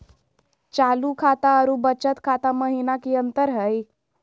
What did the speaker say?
चालू खाता अरू बचत खाता महिना की अंतर हई?